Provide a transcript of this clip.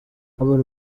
urban